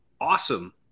awesome